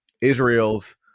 Israel's